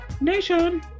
Nation